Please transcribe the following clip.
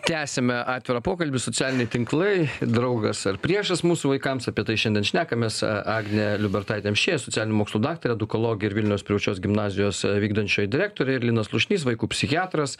tęsiame atvirą pokalbį socialiniai tinklai draugas ar priešas mūsų vaikams apie tai šiandien šnekamės agnė liubertaitė amšiejė socialinių mokslų daktarė edukologė ir vilniaus privačios gimnazijos vykdančioji direktorė ir linas slušnys vaikų psichiatras